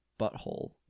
butthole